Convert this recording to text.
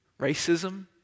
racism